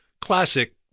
classic